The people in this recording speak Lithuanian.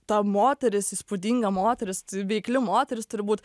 ta moteris įspūdinga moteris veikli moteris turi būt